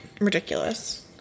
Ridiculous